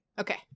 Okay